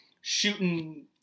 shooting